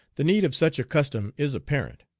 the need of such a custom is apparent.